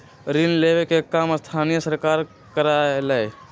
ऋण लेवे के काम स्थानीय सरकार करअलई